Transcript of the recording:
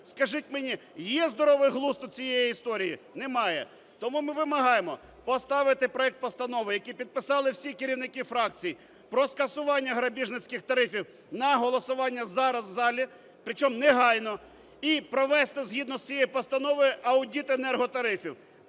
Скажіть мені, є здоровий глузд в цій історії? Немає. Тому ми вимагаємо поставити проект постанови, який підписали всі керівники фракцій, про скасування грабіжницьких тарифів на голосування зараз в залі, причому негайно, і провести згідно цієї постанови аудитенерготарифів.